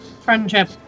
Friendship